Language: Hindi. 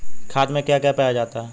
खाद में क्या पाया जाता है?